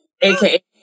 aka